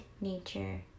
nature